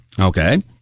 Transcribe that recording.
Okay